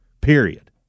period